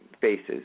faces